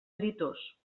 editors